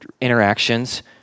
interactions